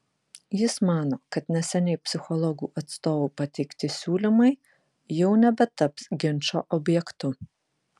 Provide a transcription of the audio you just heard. jis mano kad neseniai psichologų atstovų pateikti siūlymai jau nebetaps ginčo objektu